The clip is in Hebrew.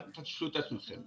אל תשלו את עצמכם,